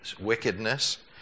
wickedness